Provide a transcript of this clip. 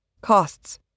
Costs